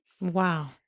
Wow